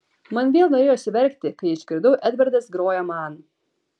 man vėl norėjosi verkti kai išgirdau edvardas groja man